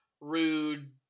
rude